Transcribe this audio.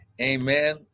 Amen